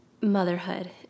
motherhood